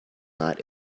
not